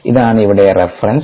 ഇതാണ് ഇവിടെ റഫറൻസ്